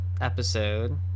episode